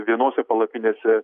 vienose palapinėse